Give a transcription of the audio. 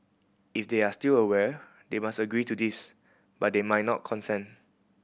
if they are still aware they must agree to this but they might not consent